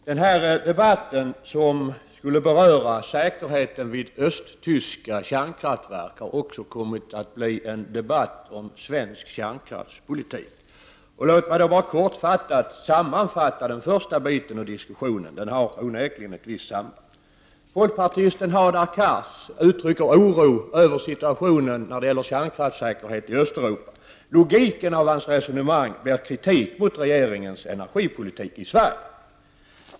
Herr talman! Den här debatten som skulle beröra säkerheten vid östttyska kärnkraftverk har också kommit att bli en debatt om svensk kärnkraftspolitik. Låt mig då bara kortfattat sammanfatta den första delen av diskussionen. Den har onekligen ett visst samband. Folkpartisten Hadar Cars uttrycker oro över situationen när det gäller kärnkraftssäkerheten i Östeuropa. Logiken i hans resonemang innebär kritik mot regeringens energipolitik i Sverige.